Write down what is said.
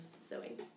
sewing